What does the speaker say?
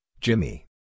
Jimmy